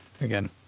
again